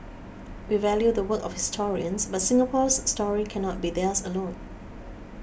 we value the work of historians but Singapore's story cannot be theirs alone